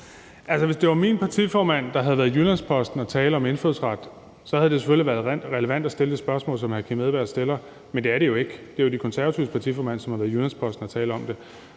hvis det var min partiformand, der havde været i Jyllands-Posten og tale om indfødsret, havde det selvfølgelig været relevant at stille det spørgsmål, som hr. Kim Edberg Andersen stiller, men det er det jo ikke. Det er jo Konservatives partiformand, som har været i Jyllands-Posten og tale om det.